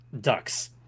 Ducks